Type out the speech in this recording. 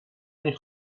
این